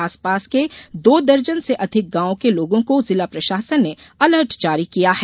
आसपास के दो दर्जन से अधिक गांवों के लोगों को जिला प्रशासन ने अलर्ट जारी किया है